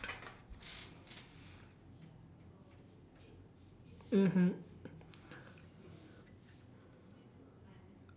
mmhmm